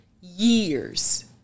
years